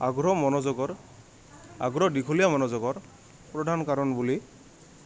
আগ্ৰহ মনোযোগৰ আগ্ৰহ দীঘলীয়া মনোযোগৰ প্ৰধান কাৰণ বুলি